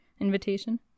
invitation